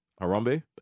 Harambe